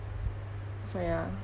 so ya